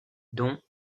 dont